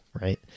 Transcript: right